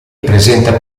presenta